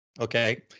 Okay